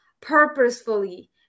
purposefully